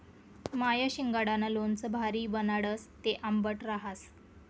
माय शिंगाडानं लोणचं भारी बनाडस, ते आंबट रहास